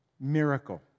miracle